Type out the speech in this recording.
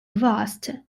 reversed